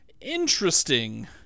interesting